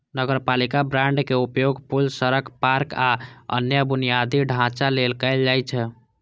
नगरपालिका बांडक उपयोग पुल, सड़क, पार्क, आ अन्य बुनियादी ढांचा लेल कैल जाइ छै